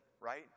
right